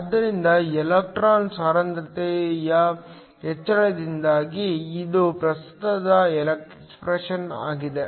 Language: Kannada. ಆದ್ದರಿಂದ ಎಲೆಕ್ಟ್ರಾನ್ ಸಾಂದ್ರತೆಯ ಹೆಚ್ಚಳದಿಂದಾಗಿ ಇದು ಪ್ರಸ್ತುತದ ಎಕ್ಸ್ಪ್ರೆಶನ್ ಆಗಿದೆ